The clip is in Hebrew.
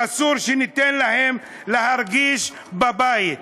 ואסור שניתן להם להרגיש בבית,